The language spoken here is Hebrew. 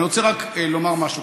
אבל אני רוצה רק לומר משהו.